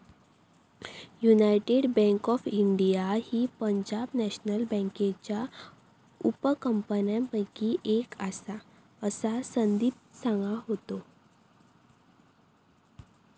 United bank of India ही Punjab national बँकेच्या उपकंपन्यांपैकी एक आसा, असा संदीप सांगा होतो